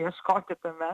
ieškoti tame